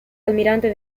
almirante